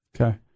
Okay